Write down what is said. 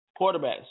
quarterbacks